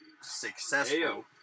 successful